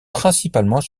principalement